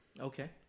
Okay